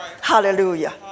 Hallelujah